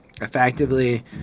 effectively